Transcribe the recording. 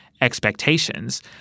expectations